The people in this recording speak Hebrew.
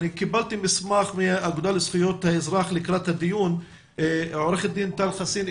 קיבלתי מסמך מהאגודה לזכויות האזרח לקראת הדיון מעו"ד טל חסין.